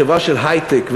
לחברה של היי-טק,